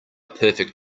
perfect